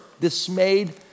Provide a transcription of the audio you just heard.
dismayed